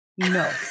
No